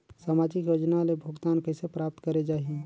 समाजिक योजना ले भुगतान कइसे प्राप्त करे जाहि?